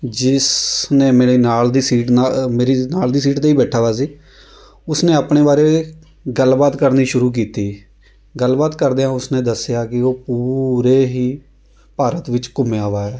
ਜਿਸ ਨੇ ਮੇਰੇ ਨਾਲ ਦੀ ਸੀਟ ਨਾਲ ਮੇਰੀ ਨਾਲ ਦੀ ਸੀਟ 'ਤੇ ਹੀ ਬੈਠਾ ਵਾ ਸੀ ਉਸ ਨੇ ਆਪਣੇ ਬਾਰੇ ਗੱਲਬਾਤ ਕਰਨੀ ਸ਼ੁਰੂ ਕੀਤੀ ਗੱਲਬਾਤ ਕਰਦਿਆਂ ਉਸ ਨੇ ਦੱਸਿਆ ਕਿ ਉਹ ਪੂਰੇ ਹੀ ਭਾਰਤ ਵਿੱਚ ਘੁੰਮਿਆ ਵਾ ਹੈ